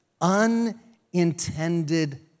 unintended